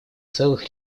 целых